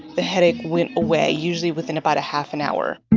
the headache went away, usually within about a half an hour